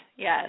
Yes